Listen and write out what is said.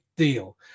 deal